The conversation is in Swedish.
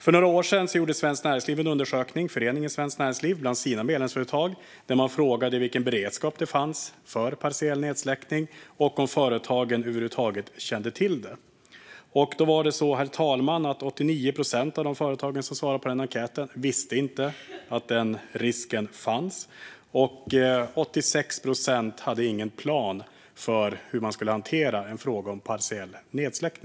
För några år sedan gjorde föreningen Svenskt Näringsliv en undersökning bland sina medlemsföretag, där man frågade vilken beredskap det fanns för en partiell nedsläckning och om företagen över huvud taget kände till detta. Av de företag som svarade på enkäten var det, herr talman, 89 procent som inte visste att den risken fanns, och 86 procent hade ingen plan för hur en partiell nedsläckning skulle hanteras.